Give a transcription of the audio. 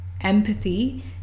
empathy